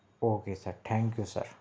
okay sir thank you sir